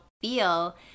feel